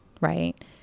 Right